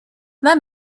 let